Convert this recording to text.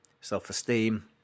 self-esteem